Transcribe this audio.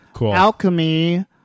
alchemy